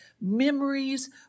memories